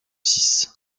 six